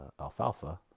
Alfalfa